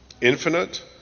infinite